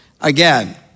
Again